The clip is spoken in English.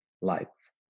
lights